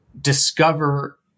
discover